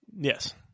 Yes